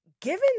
Given